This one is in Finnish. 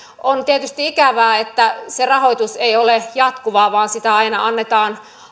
on tietysti ikävää että se rahoitus ei ole jatkuvaa vaan sitä annetaan